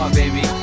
baby